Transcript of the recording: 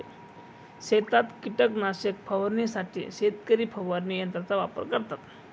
शेतात कीटकनाशक फवारण्यासाठी शेतकरी फवारणी यंत्राचा वापर करतात